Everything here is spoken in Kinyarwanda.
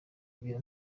ibiro